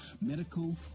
medical